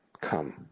come